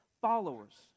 followers